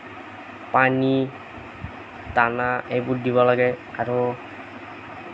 পানী দানা এইবোৰ দিব লাগে আৰু